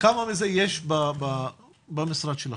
כמה מזה יש במשרד שלכם?